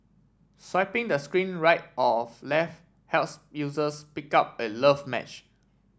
swiping the screen right of left helps users pick out a love match